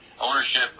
ownership